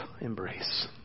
embrace